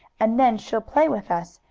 and then she'll play with us,